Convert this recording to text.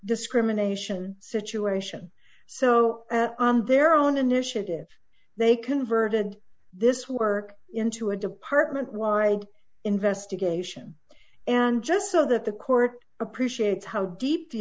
discrimination situation so on their own initiative they converted this work into a department wide investigation and just so that the court appreciates how deep the